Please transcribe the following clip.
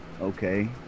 okay